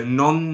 non